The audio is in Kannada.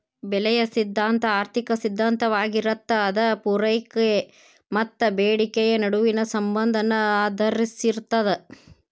ಬೆಲೆಯ ಸಿದ್ಧಾಂತ ಆರ್ಥಿಕ ಸಿದ್ಧಾಂತವಾಗಿರತ್ತ ಅದ ಪೂರೈಕೆ ಮತ್ತ ಬೇಡಿಕೆಯ ನಡುವಿನ ಸಂಬಂಧನ ಆಧರಿಸಿರ್ತದ